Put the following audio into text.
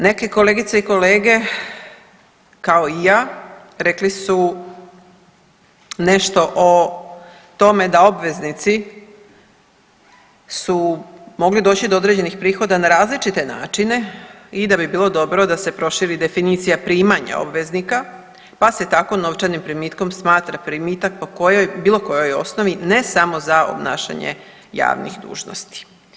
Neke kolegice i kolege kao i ja rekli su nešto o tome da obveznici su mogli doći do određenih prihoda na različite načine i da bi bilo dobro da se proširi definicija primanja obveznika, pa se tako novčanim primitkom smatra primitak po bilo kojoj osnovi ne samo za obnašanje javnih dužnosti.